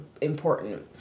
important